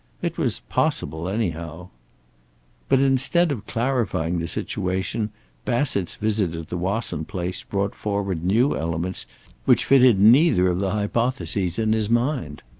it was possible, anyhow but instead of clarifying the situation bassett's visit at the wasson place brought forward new elements which fitted neither of the hypotheses in his mind.